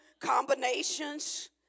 combinations